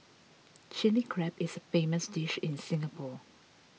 Chilli Crab is famous dish in Singapore